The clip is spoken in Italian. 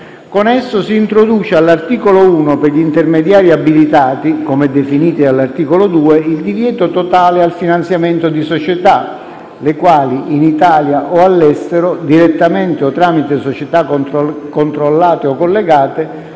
Con esso, si introduce, all'articolo 1, per gli intermediari abilitati (come definiti dall'articolo 2), il divieto totale al finanziamento di società, le quali, in Italia o all'estero, direttamente o tramite società controllate o collegate,